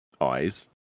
eyes